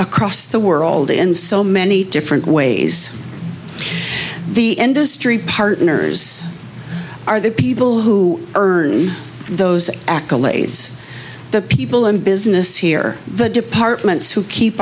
across the world in so many different ways the end astri partners are the people who earn those accolades the people in business here the departments who keep